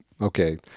okay